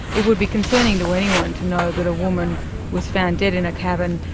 it would be concerning to anyone to know that a woman was found dead in a cabin,